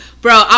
bro